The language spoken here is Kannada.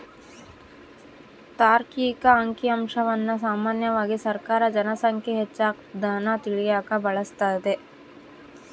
ತಾರ್ಕಿಕ ಅಂಕಿಅಂಶವನ್ನ ಸಾಮಾನ್ಯವಾಗಿ ಸರ್ಕಾರ ಜನ ಸಂಖ್ಯೆ ಹೆಚ್ಚಾಗದ್ನ ತಿಳಿಯಕ ಬಳಸ್ತದೆ